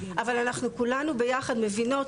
אבל אנחנו כולנו ביחד מבינות,